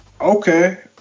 Okay